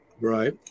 Right